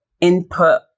input